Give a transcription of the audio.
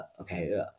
Okay